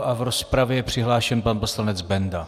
A v rozpravě je přihlášen pan poslanec Benda.